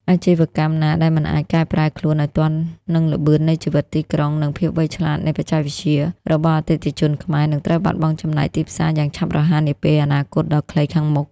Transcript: អាជីវកម្មណាដែលមិនអាចកែប្រែខ្លួនឱ្យទាន់នឹង "ល្បឿននៃជីវិតទីក្រុង" និង "ភាពវៃឆ្លាតនៃបច្ចេកវិទ្យា" របស់អតិថិជនខ្មែរ នឹងត្រូវបាត់បង់ចំណែកទីផ្សារយ៉ាងឆាប់រហ័សនាពេលអនាគតដ៏ខ្លីខាងមុខ។